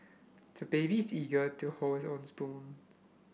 the baby is eager to hold his own spoon